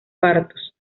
partos